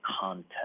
content